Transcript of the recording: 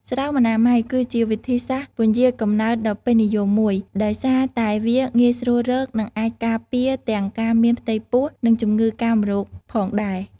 ស្រោមអនាម័យ គឺជាវិធីសាស្ត្រពន្យារកំណើតដ៏ពេញនិយមមួយ ដោយសារតែវាងាយស្រួលរក និងអាចការពារទាំងការមានផ្ទៃពោះ និងជំងឺកាមរោគផងដែរ។